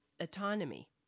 autonomy